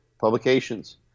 Publications